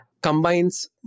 combines